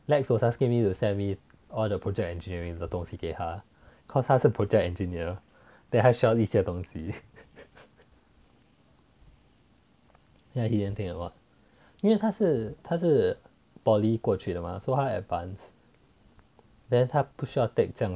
lex was asking me to send him all the project engineering 的东西给他 cause 他是 project engineer then 还需要一些东西 yeah he didn't take the mod 因为他是他是 poly 过去的吗 so 他 advanced 不需要 take 这样